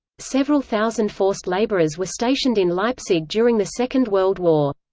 several thousand forced labourers were stationed in leipzig during the second world war.